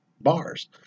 bars